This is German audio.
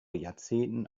jahrzehnten